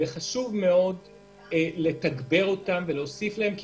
חשוב מאוד לתגבר אותם ולהוסיף להם כי